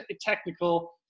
technical